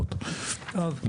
ולא